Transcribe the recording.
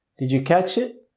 did you catch it?